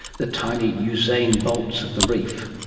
the tiny usain bolts of the reef